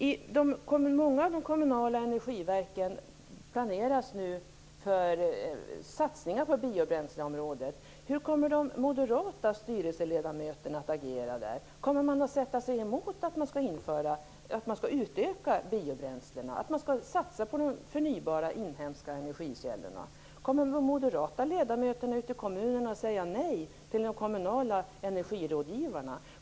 I många av de kommunala energiverken planeras nu för satsningar på biobränsleområdet. Hur kommer de moderata styrelseledamöterna att agera där? Kommer de att sätta sig emot att man utökar biobränslena och satsar på de förnybara, inhemska energikällorna? Kommer de moderata ledamöterna ute i kommunerna att säga nej till de kommunala energirådgivarna?